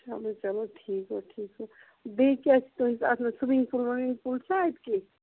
چَلو چَلو ٹھیٖک گوٚو ٹھیٖک گوٚو بیٚیہِ کیٛاہ چھُ تُہٕنٛدِس اَتھ منٛز سُوِنٛگ پوٗل وٕوِنٛگ پوٗل چھےٚ اَتہِ کیٚنٛہہ